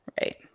right